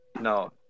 no